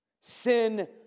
Sin